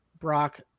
Brock